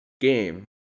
game